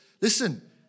listen